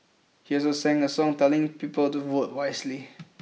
he also sang a song telling people to vote wisely